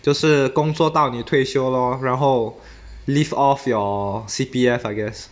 就是工作到你退休咯然后 live off your C_P_F I guess